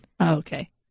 Okay